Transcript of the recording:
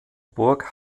burg